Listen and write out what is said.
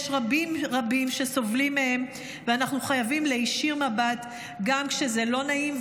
יש רבים רבים שסובלים מהם ואנחנו חייבים להישיר מבט גם כשזה לא נעים,